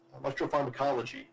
electropharmacology